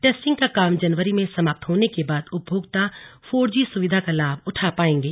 testing का काम जनवरी में समाप्त होने के बाद उपभोक्ता फोर जी सुविधा का लाभ उठा पाएंगे